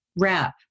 wrap